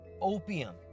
opium